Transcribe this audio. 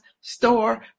store